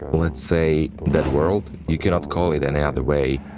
let's say, that world, you cannot call it and another way,